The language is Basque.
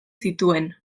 zituen